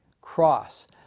cross